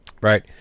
Right